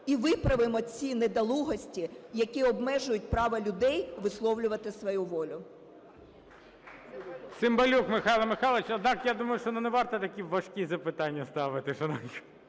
і виправимо ці недолугості, які обмежують право людей висловлювати свою волю.